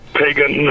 pagan